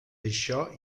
això